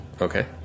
okay